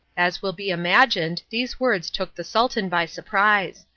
as will be imagined, these words took the sultan by surprise,